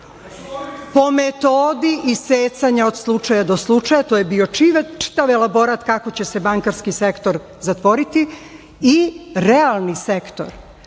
po metodi isecanja od slučaja do slučaja, to je bio čitav elaborat kako će se bankarski sektor zatvoriti, i realni sektor,